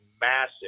massive